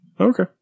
Okay